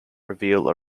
reveal